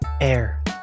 air